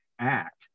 act